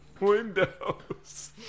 windows